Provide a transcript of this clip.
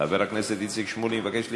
חבר הכנסת איציק שמולי מבקש להתנגד.